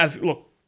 Look